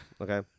okay